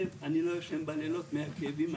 אני לא ישן בלילות מהכאבים,